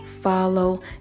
follow